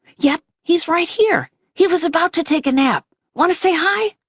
yep, he's right here. he was about to take a nap. want to say hi?